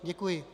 Děkuji.